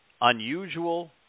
unusual